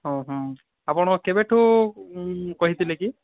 ଓହୋ ଆପଣ କେବେଠୁ କହିଥିଲେ କି